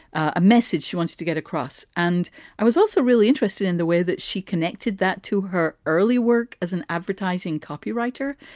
a message she wants to get across. and i was also really interested in the way that she connected that to her early work as an advertising copywriter.